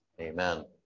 Amen